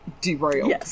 derailed